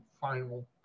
final